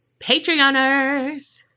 Patreoners